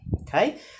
okay